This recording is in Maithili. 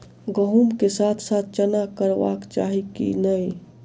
गहुम केँ साथ साथ चना करबाक चाहि की नै?